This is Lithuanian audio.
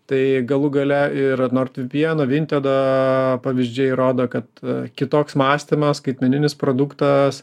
tai galų gale ir nord vypyeno vintedo pavyzdžiai rodo kad kitoks mąstymas skaitmeninis produktas